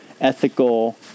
ethical